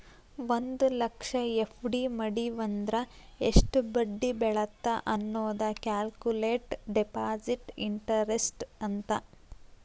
ಒಂದ್ ಲಕ್ಷ ಎಫ್.ಡಿ ಮಡಿವಂದ್ರ ಎಷ್ಟ್ ಬಡ್ಡಿ ಬೇಳತ್ತ ಅನ್ನೋದ ಕ್ಯಾಲ್ಕುಲೆಟ್ ಡೆಪಾಸಿಟ್ ಇಂಟರೆಸ್ಟ್ ಅಂತ